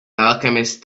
alchemist